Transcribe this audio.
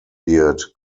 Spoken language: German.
wird